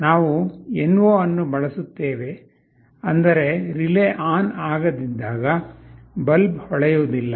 ನಾವು NO ಅನ್ನು ಬಳಸುತ್ತೇವೆ ಅಂದರೆ ರಿಲೇ ಆನ್ ಆಗದಿದ್ದಾಗ ಬಲ್ಬ್ ಹೊಳೆಯುವುದಿಲ್ಲ